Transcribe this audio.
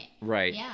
right